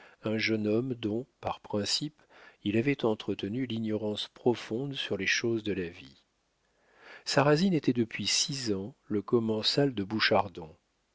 un jeune homme dont par principe il avait entretenu l'ignorance profonde sur les choses de la vie sarrasine était depuis six ans le commensal de